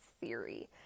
theory